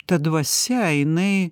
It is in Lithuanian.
ta dvasia jinai